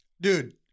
dude